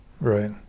right